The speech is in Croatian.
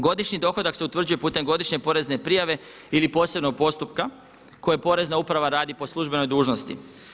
Godišnji dohodak se utvrđuje putem Godišnje porezne prijave ili posebnog postupka kojeg Porezna uprava radi po službenoj dužnosti.